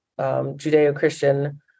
Judeo-Christian